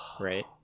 Right